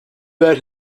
where